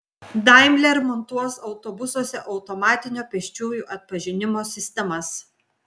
daimler montuos autobusuose automatinio pėsčiųjų atpažinimo sistemas